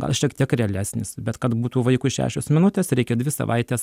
gal šiek tiek realesnis bet kad būtų vaikui šešios minutės reikia dvi savaitės